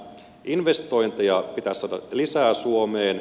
investointeja pitäisi saada lisää suomeen